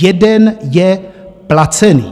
Jeden je placený.